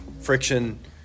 Friction